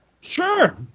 Sure